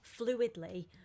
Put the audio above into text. fluidly